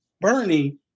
Bernie